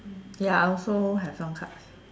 ya I also have some cards